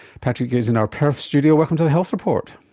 patrick is in our perth studio. welcome to the health report.